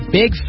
big